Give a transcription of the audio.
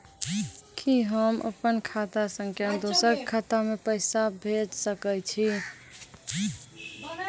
कि होम अपन खाता सं दूसर के खाता मे पैसा भेज सकै छी?